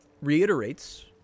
reiterates